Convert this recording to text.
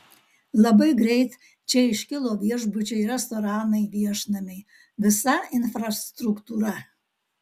labai greit čia iškilo viešbučiai restoranai viešnamiai visa infrastruktūra